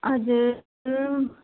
हजुर